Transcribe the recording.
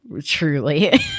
Truly